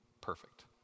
perfect